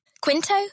Quinto